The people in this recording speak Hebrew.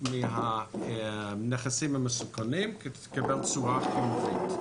מהנכסים המסוכנים ולקבל תשואה חיובית.